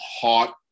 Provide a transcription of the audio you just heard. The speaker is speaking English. hot